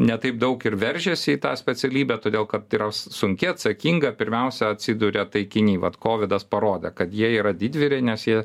ne taip daug ir veržiasi į tą specialybę todėl kad yra sunki atsakinga pirmiausia atsiduria taikiny vat kovidas parodė kad jie yra didvyriai nes jie